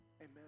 amen